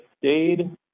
stayed